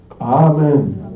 Amen